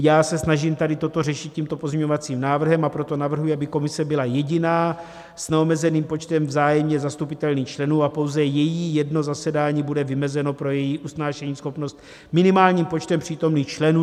Já se snažím toto řešit pozměňovacím návrhem, a proto navrhuji, aby komise byla jediná s neomezeným počtem vzájemně zastupitelných členů a pouze její jedno zasedání bude vymezeno pro její usnášeníschopnost minimálním počtem přítomných členů.